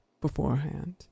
beforehand